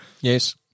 Yes